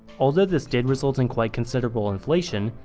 although this did result in quite considerable inflation,